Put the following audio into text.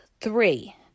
three